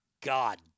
God